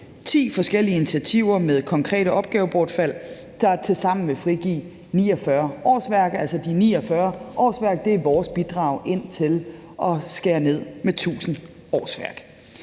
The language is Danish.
ti forskellige initiativer med konkrete opgavebortfald, der tilsammen vil frigive 49 årsværk. De 49 årsværk er altså vores bidrag til at skære ned med 1.000 årsværk.